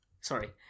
Sorry